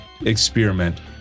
experiment